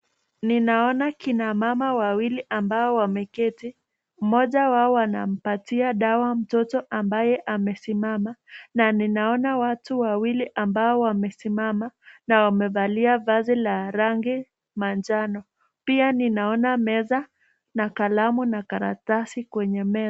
Ninaona kina mama wawili ambao wameketi, mmoja wao anampatia dawa mtoto ambaye amesimama na ninaona watu wawili ambao wamesimama na wamevalia vazi la rangi manjano, pia ninaona meza na kalamu na karatasi kwenye meza.